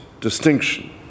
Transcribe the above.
distinction